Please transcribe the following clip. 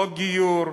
לא גיור,